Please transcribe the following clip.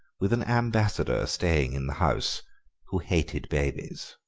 with an ambassador staying in the house who hated babies.